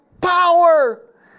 power